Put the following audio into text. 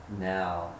now